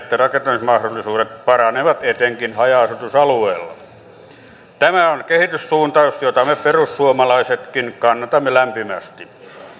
että rakentamismahdollisuudet paranevat etenkin haja asutusalueilla tämä on kehityssuunta jota me perussuomalaisetkin kannatamme lämpimästi